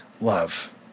love